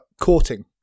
courting